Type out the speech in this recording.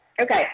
Okay